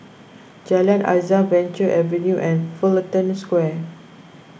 Jalan Azam Venture Avenue and Fullerton Square